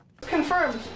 Confirmed